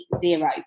zero